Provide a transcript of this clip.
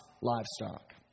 livestock